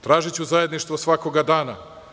Tražiću zajedništvo svakog dana.